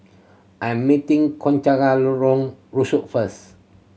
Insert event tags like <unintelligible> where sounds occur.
I am meeting Concha <unintelligible> Lorong Rusuk first